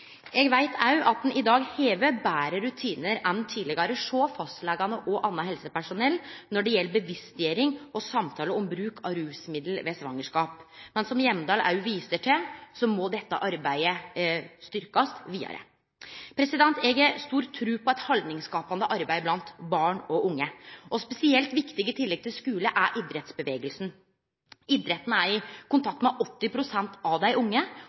dag har betre rutinar enn tidlegare hjå fastlegane og anna helsepersonell når det gjeld bevisstgjering og samtale om bruk av rusmiddel ved svangerskap. Men som Hjemdal òg viser til, må dette arbeidet styrkjast vidare. Eg har stor tru på eit haldningsskapande arbeid blant barn og unge. Spesielt viktig, i tillegg til skule, er idrettsbevegelsen. Idretten er i kontakt med 80 pst. av dei unge